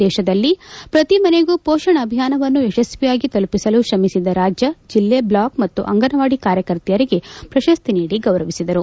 ದೇಶದಲ್ಲಿ ಪ್ರತಿ ಮನೆಗೂ ಪೋಷಣ್ ಅಭಿಯಾನವನ್ನು ಯಶಸ್ವಿಯಾಗಿ ತಲುಪಿಸಲು ತ್ರಮಿಸಿದ ರಾಜ್ಯ ಜಿಲ್ಲೆ ಬ್ಲಾಕ್ ಮತ್ತು ಅಂಗನವಾಡಿ ಕಾರ್ಯಕರ್ತೆಯರಿಗೆ ಪ್ರಶಸ್ತಿ ನೀಡಿ ಗೌರವಿಸಿದರು